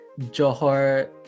Johor